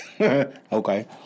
Okay